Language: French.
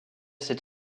cet